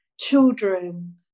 children